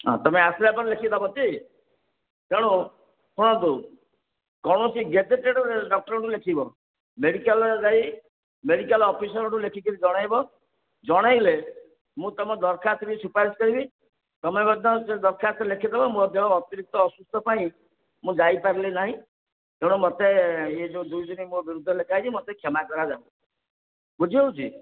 ହଁ ତୁମେ ଆସିଲାପରେ ଲେଖିକି ଦେବଟି ତେଣୁ ଶୁଣନ୍ତୁ କୌଣସି ରେପୁଟେଡ଼ ଡକ୍ଟର୍ଙ୍କୁ ଲେଖିବ ମେଡ଼ିକାଲ୍ରେ ଯାଇ ମେଡ଼ିକାଲ୍ ଅଫିସର୍ଙ୍କଠୁ ଲେଖିକରି ଜଣେଇବ ଜଣେଇଲେ ମୁଁ ତୁମ ଦରଖାସ୍ତଟିକି ସୁପାରିଶ କରିବି ତୁମେ ମଧ୍ୟ ସେ ଦରଖାସ୍ତ ଲେଖିଦେବ ମୁଁ ମଧ୍ୟ ଅତିରିକ୍ତ ଅସୁସ୍ଥ ପାଇଁ ମୁଁ ଯାଇପାରିଲି ନାହିଁ ତେଣୁ ମୋତେ ଏ ଯେଉଁ ଦୁଇଦିନି ମୋ ବିରୁଦ୍ଧରେ ଲେଖା ହେଇଛି ମୋତେ କ୍ଷମା କରାଯାଉ ବୁଝି ହେଉଛି